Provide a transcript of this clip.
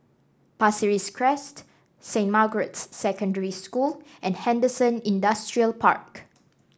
Pasir Ris Crest Saint Margaret's Secondary School and Henderson Industrial Park